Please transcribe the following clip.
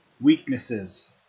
weaknesses